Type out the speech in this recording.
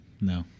No